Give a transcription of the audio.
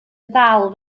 ddal